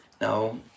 Now